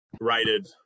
rated